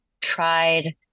tried